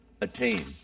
attain